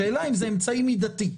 השאלה אם זה אמצעי מידתי.